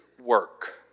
work